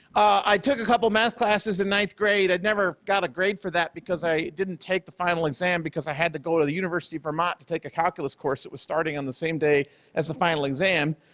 i took a couple of math classes in ninth grade, i'd never got a grade for that because i didn't take the final exam because i had to go to the university of vermont to take a calculus course that was starting on the same day as the final exam,